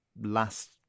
last